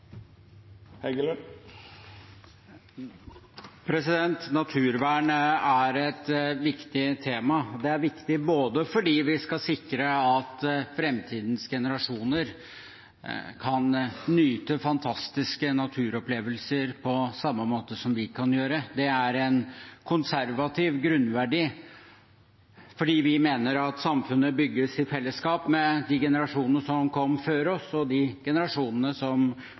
Naturvern er et viktig tema. Det er viktig fordi vi skal sikre at framtidens generasjoner kan nyte fantastiske naturopplevelser på samme måte som vi kan gjøre. Det er en konservativ grunnverdi, for vi mener at samfunnet bygges i fellesskap med de generasjonene som kom før oss, og de generasjonene som